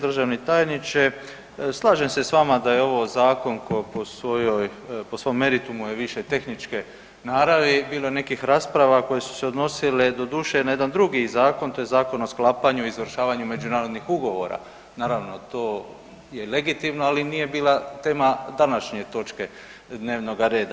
Državni tajniče, slažem se s vama da je ovo zakon koji po svom meritumu je više tehničke naravi, bilo je nekih rasprava koje su se odnosile doduše na jedan drugi zakon, to je zakon o sklapanju i izvršavanju međunarodnih ugovora, naravno to je legitimno ali nije bila tema današnje točke dnevnoga reda.